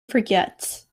forgets